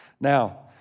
Now